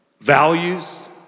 values